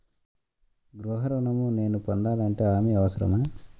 గృహ ఋణం నేను పొందాలంటే హామీ అవసరమా?